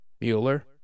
Mueller